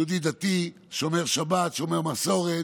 יהודי דתי, שומר שבת, שומר מסורת.